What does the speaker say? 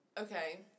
okay